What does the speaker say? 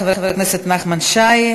תודה רבה לחבר הכנסת נחמן שי.